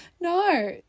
No